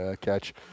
catch